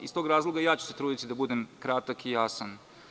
Iz tog razloga i ja ću se truditi da budem kratak i jasan.